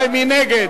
מי נגד?